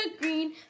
Green